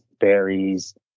berries